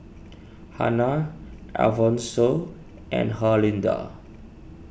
Hannah Alphonso and Herlinda